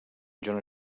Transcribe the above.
john